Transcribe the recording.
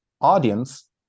audience